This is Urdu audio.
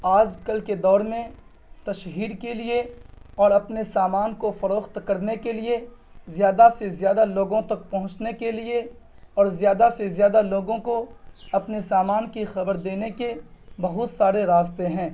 آج کل کے دور میں تشہیر کے لیے اور اپنے سامان کو فروخت کرنے کے لیے زیادہ سے زیادہ لوگوں تک پہنچنے کے لیے اور زیادہ سے زیادہ لوگوں کو اپنے سامان کی خبر دینے کے بہت سارے راستے ہیں